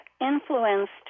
influenced